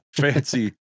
Fancy